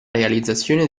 realizzazione